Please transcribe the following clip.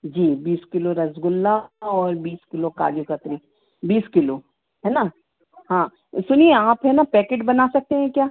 जी बीस किलो रसगुल्ला और बीस किलो काजू कतली बीस किलो है ना हाँ सुनिए आप है ना पैकेट बना सकते हैं क्या